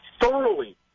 thoroughly